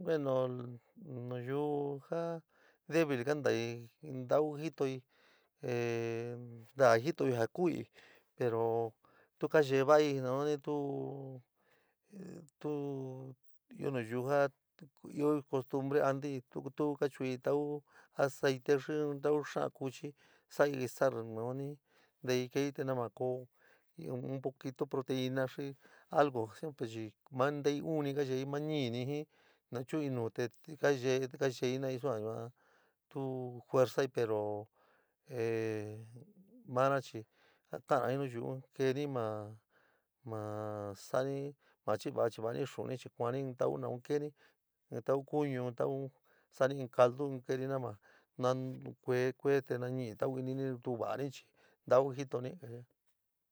Bueno, nayuu ja débil kontai, ntau jitoi ee ntad jitou ja kuúi pero tú kayee voi na nani tú, tú io nayuu ja io costom bieí to kachui tau aceita xii in tau xaó tachi; zai guisar na nani tau dei kei na nia koo in poquito proteína xii algo siempre chii maa tei dub ni kayei maa ñii ni ña chui no te kayee sua ne tau fuxió pero ee maaro ehii kabra jë nayuu keeni ma, maa sodani sa´ani, chiváani xuuni, te kuaani in tau keeni, in tau kuni, in tau soni in catlu in keeni nama kue, kue te na ñii tau ininí ntuuani chii ntau jitoni.